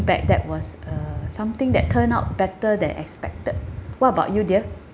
back that was uh something that turn out better than expected what about you dear